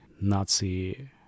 Nazi